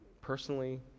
personally